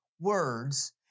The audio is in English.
words